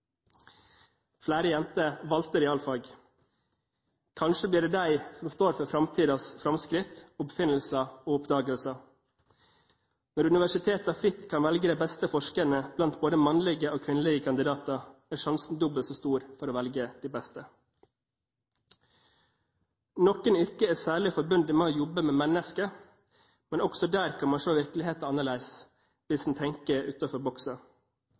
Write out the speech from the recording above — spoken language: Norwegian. Flere jenter valgte realfag. Kanskje blir det dem som står for framtidens framskritt, oppfinnelser og oppdagelser. Når universitetene fritt kan velge de beste forskerne blant både mannlige og kvinnelige kandidater, er sjansen dobbelt så stor for å velge de beste. Noen yrker er særlig forbundet med å jobbe med mennesker, men også der kan man se virkeligheten annerledes hvis man tenker utenfor boksen. Jeg fant en